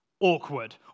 awkward